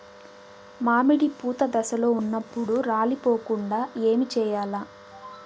మామిడి పూత దశలో ఉన్నప్పుడు రాలిపోకుండ ఏమిచేయాల్ల?